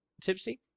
tipsy